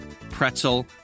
pretzel